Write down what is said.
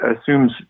assumes